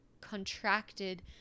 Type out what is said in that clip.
contracted